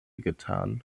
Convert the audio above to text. getan